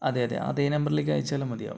അതെ അതെ അതേ നമ്പറിലേക്ക് അയച്ചാലും മതിയാകും